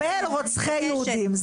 רצח יהודים.